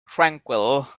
tranquil